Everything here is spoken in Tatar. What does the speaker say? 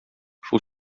шул